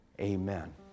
Amen